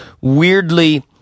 Weirdly